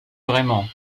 vraiment